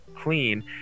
clean